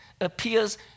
appears